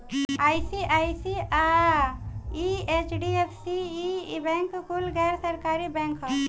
ICICI, HDFC, ई bank कुल गैर सरकारी बैंक ह